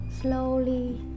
slowly